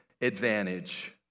advantage